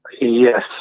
Yes